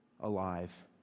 alive